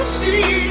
see